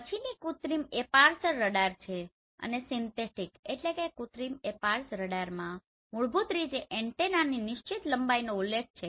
પછીની કૃત્રિમ aperture radar છે અને સિન્થેટીકsynthetic કૃત્રિમ એપાર્ચર રડારમાં મૂળભૂત રીતે એન્ટેનાની નિશ્ચિત લંબાઈનો ઉલ્લેખ છે